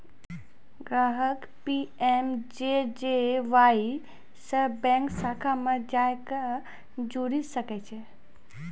ग्राहक पी.एम.जे.जे.वाई से बैंक शाखा मे जाय के जुड़ि सकै छै